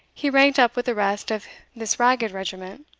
he ranked up with the rest of this ragged regiment,